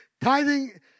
Tithing